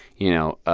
you know,